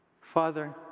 Father